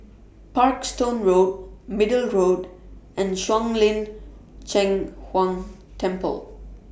Parkstone Road Middle Road and Shuang Lin Cheng Huang Temple